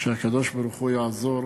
שהקדוש-ברוך-הוא יעזור,